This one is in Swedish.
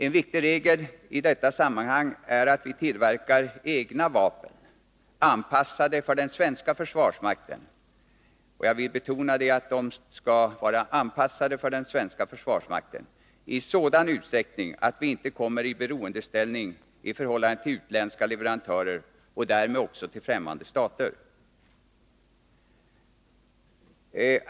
En viktig faktor i detta sammanhang är att vi tillverkar egna vapen som är anpassade för den svenska försvarsmakten — jag vill betona att de skall vara anpassade för den svenska försvarsmakten — i sådan utsträckning att vi inte kommer i beroendeställning i förhållande till utländska leverantörer och därmed också till främmande stater.